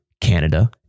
Canada